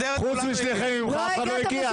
אף אחד לא הגיע.